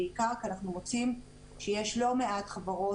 בעיקר כי אנחנו מוצאים שכרגע יש לא מעט חברות,